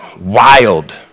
Wild